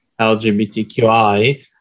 LGBTQI